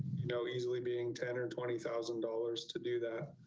you know, easily being ten or twenty thousand dollars to do that.